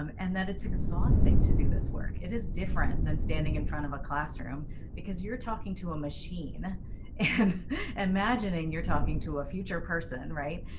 um and then it's exhausting to do this work. it is different than standing in front of a classroom because you're talking to a machine and imagining you're talking to a future person. right.